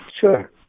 Sure